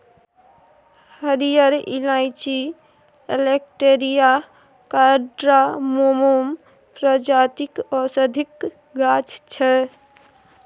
हरियर इलाईंची Elettaria cardamomum प्रजातिक औषधीक गाछ छै